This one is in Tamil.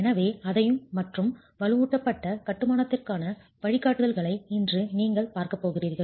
எனவே அதையும் மற்றும் வலுவூட்டப்பட்ட கட்டுமானத்திற்கான வழிகாட்டுதல்களை இன்று நீங்கள் பார்க்கப் போகிறீர்கள்